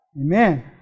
Amen